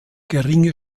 geringe